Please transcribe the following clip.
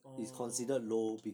oh